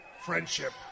friendship